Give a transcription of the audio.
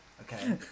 okay